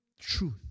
Truth